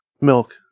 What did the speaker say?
milk